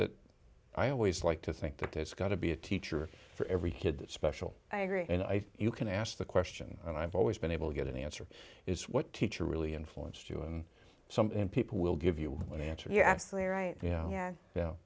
that i always like to think that it's got to be a teacher for every kid that special i agree and i you can ask the question and i've always been able to get any answer is what teacher really influenced you and some people will give you the answer you're absolutely right yeah yeah yeah